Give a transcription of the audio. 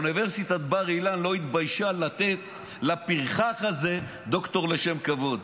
אוניברסיטת בר-אילן לא התביישה לתת לפרחח הזה דוקטור לשם כבוד.